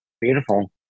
Beautiful